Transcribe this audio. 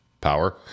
Power